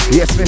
Yes